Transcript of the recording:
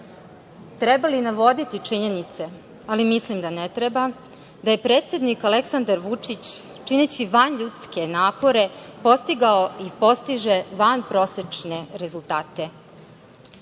li navoditi činjenice, ali mislim da ne treba, da je predsednik Aleksandar Vučić, čineći vanljudske napore postigao i postiže vanprosečne rezultate?